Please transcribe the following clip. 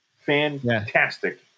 Fantastic